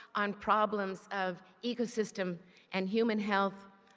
on problems of ecosystem and human health.